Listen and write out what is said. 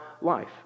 life